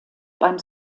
beim